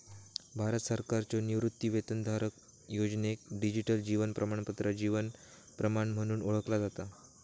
भारत सरकारच्यो निवृत्तीवेतनधारक योजनेक डिजिटल जीवन प्रमाणपत्र जीवन प्रमाण म्हणून ओळखला जाता